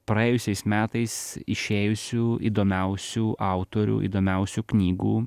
praėjusiais metais išėjusių įdomiausių autorių įdomiausių knygų